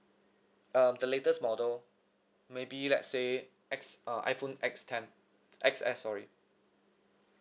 um the latest model maybe let's say X uh iphone X ten X_S sorry